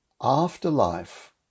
afterlife